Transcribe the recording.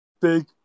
Big